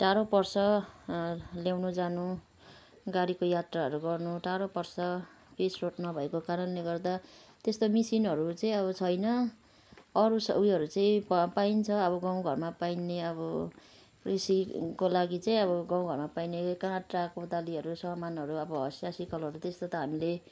टाढो पर्छ ल्याउनु जानु गाडीको यात्राहरू गर्नु टाढो पर्छ पिच रोड नभएको कारणले गर्दा त्यस्तो मेसिनहरू चाहिँ अब छैन अरू उयोहरू चाहिँ प पाइन्छ अब गाउँ घरमा पाइने अब कृषिको लागि चाहिँ अब गाउँ घरमा पाइने काँटा कोदालीहरू सामानहरू अब हसियाँ सिक्कलहरू त्यस्तो त हामीले